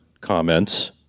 comments